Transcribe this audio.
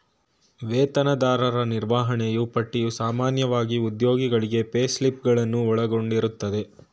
ವೇತನದಾರರ ನಿರ್ವಹಣೆಯೂ ಪಟ್ಟಿಯು ಸಾಮಾನ್ಯವಾಗಿ ಉದ್ಯೋಗಿಗಳಿಗೆ ಪೇಸ್ಲಿಪ್ ಗಳನ್ನು ಒಳಗೊಂಡಿರುತ್ತದೆ